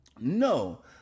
No